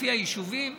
לפי היישובים,